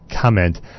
comment